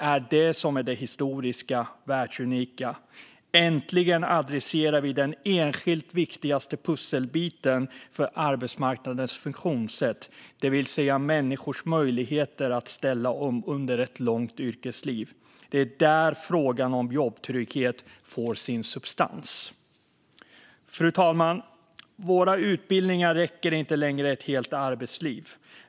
Äntligen adresserar vi den enskilt viktigaste pusselbiten för arbetsmarknadens funktionssätt, det vill säga människors möjligheter att ställa om under ett långt arbetsliv. Det är där frågan om jobbtrygghet får sin substans. Fru talman! Våra utbildningar räcker inte längre ett helt arbetsliv.